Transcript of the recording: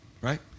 right